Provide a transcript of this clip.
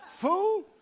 Fool